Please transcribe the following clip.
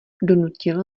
donutil